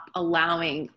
allowing